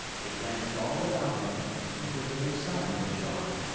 he glanced all about him, but there was no sign of a shark.